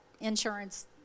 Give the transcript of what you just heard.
insurance